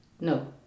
No